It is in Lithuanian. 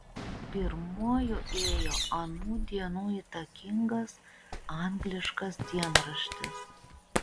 pirmuoju ėjo anų dienų įtakingas angliškas dienraštis